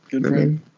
Good